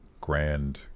grand